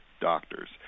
doctors